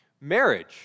marriage